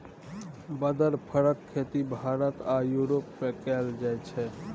बदर फरक खेती भारत आ युरोप मे कएल जाइ छै